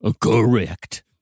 Correct